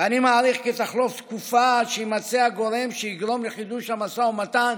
ואני מעריך כי תחלוף תקופה עד שיימצא הגורם שיגרום לחידוש המשא ומתן